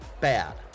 bad